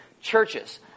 churches